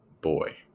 boy